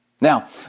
Now